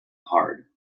hard